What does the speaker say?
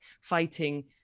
fighting